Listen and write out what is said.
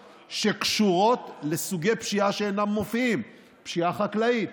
שקשורות לסוגי פשיעה שאינם מופיעים: פשיעה חקלאית,